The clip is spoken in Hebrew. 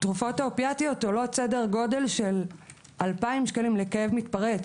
התרופות האופיאטיות עולות סדר גודל של 2,000 שקלים לכאב מתפרץ